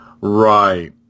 Right